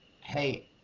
hey